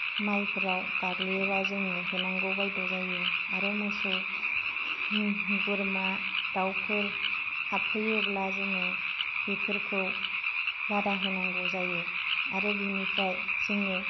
माइफोराव गाग्लियोबा जोङो होनांगौ बायद्य' जायो आरो मोसौ बोरमा दाउफोर हाबफैयोब्ला जोङो बेफोरखौ बादा होनांगौ जायो आरो बिनिफ्राय जोङो